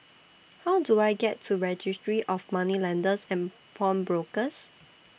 How Do I get to Registry of Moneylenders and Pawnbrokers